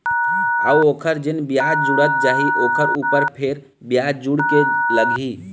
अऊ ओखर जेन बियाज जुड़त जाही ओखर ऊपर फेर बियाज जुड़ के लगही